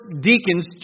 deacons